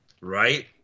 Right